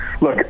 Look